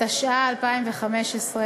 התשע"ה 2015,